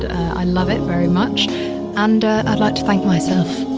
i love it very much and i liked to thank myself